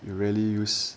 you really use